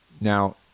now